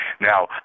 Now